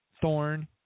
thorn